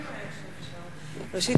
ראשית,